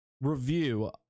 review